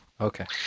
Okay